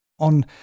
on